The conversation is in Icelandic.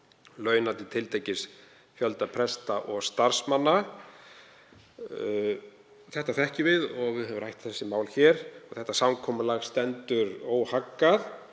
launa til tiltekins fjölda presta og starfsmanna. Þetta þekkjum við og við höfum rætt þau mál hér. Samkomulagið stendur óhaggað.